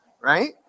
right